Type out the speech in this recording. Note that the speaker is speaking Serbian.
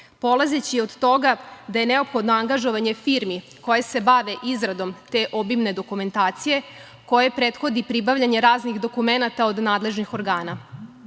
polazeći od toga da je neophodno angažovanje firmi koje se bave izradom te obimne dokumentacije, kojoj prethodi pribavljanje raznih dokumenata od nadležnih organa. Jedan